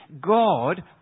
God